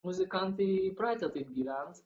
muzikantai įpratę taip gyvent